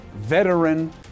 veteran